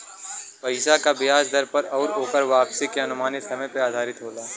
पइसा क बियाज दर आउर ओकर वापसी के अनुमानित समय पे आधारित होला